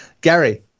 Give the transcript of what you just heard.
Gary